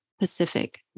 pacific